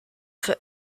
für